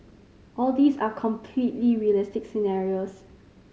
all these are completely realistic scenarios